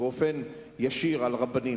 באופן ישיר על הרבנים: